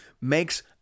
makes